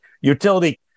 utility